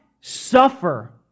Suffer